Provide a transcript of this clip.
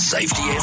Safety